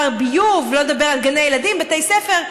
ביוב, שלא לדבר על גני ילדים, בתי ספר.